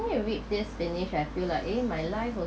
caused you read this finish I feel like !yay! my life